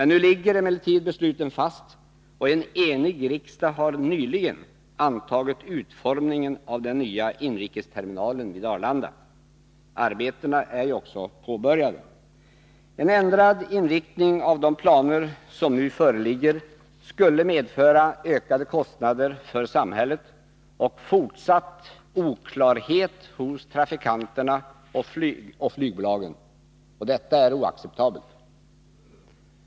Nu ligger emellertid besluten fast, och en enig riksdag har nyligen antagit utformningen av den nya inrikesterminalen vid Arlanda. Arbetena är också påbörjade. En ändrad inriktning av de planer som nu föreligger skulle medföra ökade kostnader för samhället och fortsatt oklarhet hos trafikanterna och flygbolagen. Detta är oacceptabelt.